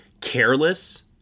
careless